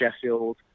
Sheffield